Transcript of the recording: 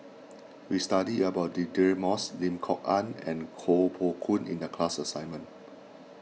we studied about Deirdre Moss Lim Kok Ann and Koh Poh Koon in the class assignment